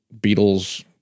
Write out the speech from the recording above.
Beatles